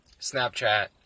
Snapchat